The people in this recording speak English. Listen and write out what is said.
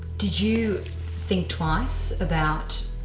did you think twice about